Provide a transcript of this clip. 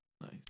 Nice